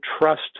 trust